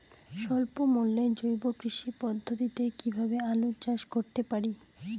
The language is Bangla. স্বল্প মূল্যে জৈব কৃষি পদ্ধতিতে কীভাবে আলুর চাষ করতে পারি?